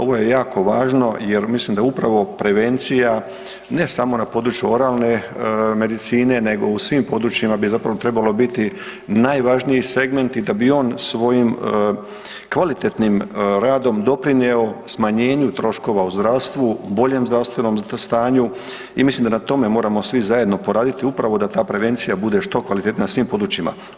Ovo je jako važno jer mislim da upravo prevencija ne samo na području oralne medicine nego u svim područjima bi zapravo trebalo biti najvažniji segment i da bi on svojim kvalitetnim radom doprinjeo smanjenju troškova u zdravstvu, boljem zdravstvenom stanju i mislim da na tome moramo svi zajedno poraditi upravo da ta prevencija bude što kvalitetnija na svim područjima.